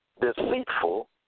deceitful